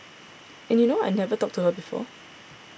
and you know I had never talked to her before